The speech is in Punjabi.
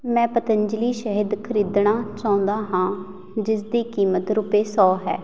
ਮੈਂ ਪਤੰਜਲੀ ਸ਼ਹਿਦ ਖਰੀਦਣਾ ਚਾਹੁੰਦਾ ਹਾਂ ਜਿਸ ਦੀ ਕੀਮਤ ਰੁਪਏ ਸੌ ਹੈ